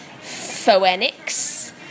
Phoenix